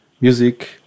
Music